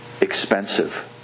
expensive